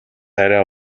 арай